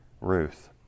Ruth